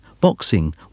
boxing